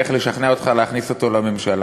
איך לשכנע אותך להכניס אותו לממשלה.